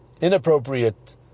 inappropriate